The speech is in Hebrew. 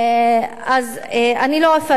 אני לא אפרט יותר,